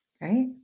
right